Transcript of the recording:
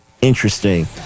interesting